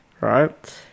right